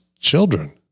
children